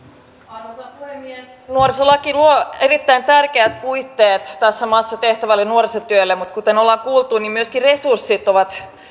arvoisa puhemies nuorisolaki luo erittäin tärkeät puitteet tässä maassa tehtävälle nuorisotyölle mutta kuten ollaan kuultu myöskin resurssit ovat